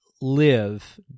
live